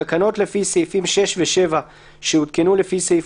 בתקנות לפי סעיפים 6 ו-7 שהותקנו לפי סעיף